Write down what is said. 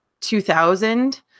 2000